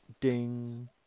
Ding